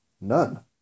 None